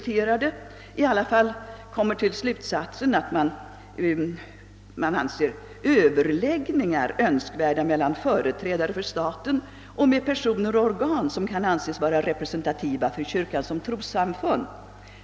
Man nådde så pass långt som till slutsatsen att överläggningar är önskvärda mellan »företrädare för staten och med personer och organ, som kan anses vara representativa för kyrkan som trossamfund«.